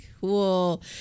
cool